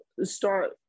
start